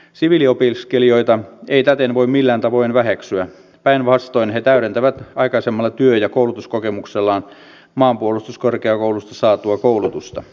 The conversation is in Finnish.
siviiliopiskelijoita ei täten voi millään tavoin väheksyä päinvastoin he täydentävät aikaisemmalla työ ja koulutuskokemuksellaan maanpuolustuskorkeakoulusta saatua koulutusta